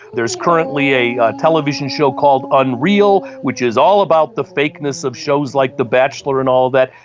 there is currently a television show called unreal which is all about the fakeness of shows like the bachelor and all that,